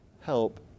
help